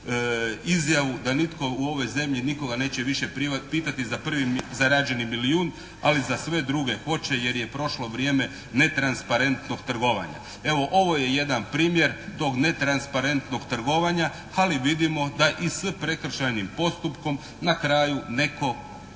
izjavu da nitko u ovoj zemlji nikoga više neće pitati za prvi zarađeni milijun ali za sve druge hoće jer je prošlo vrijeme netransparentnog trgovanja. Evo ovo je jedan primjer tog netransparentnog trgovanja, ali vidimo da i s prekršajnim postupkom na kraju netko